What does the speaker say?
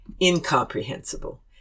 incomprehensible